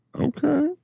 Okay